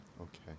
Okay